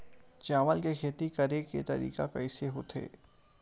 चावल के खेती करेके तरीका कइसे होथे?